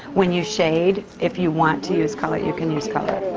when you shade, if you want to use color, you can use color.